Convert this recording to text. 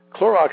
Clorox